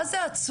מה זה עצוב,